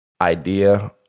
idea